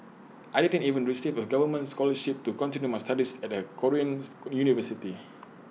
I didn't even receive A government scholarship to continue my studies at A Koreans university